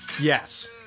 Yes